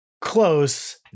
Close